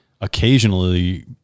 occasionally